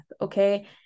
okay